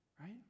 right